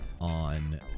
on